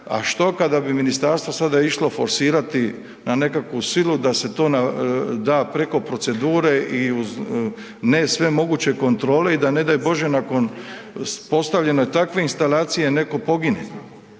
a što kada bi ministarstvo sada išlo forsirati na nekakvu silu da se to na, da preko procedura i uz ne sve moguće kontrole i da, ne daj Bože, nakon postavljanja takve instalacije netko pogine.